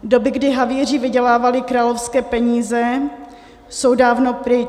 Doby, kdy havíři vydělávali královské peníze, jsou dávno pryč.